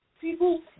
people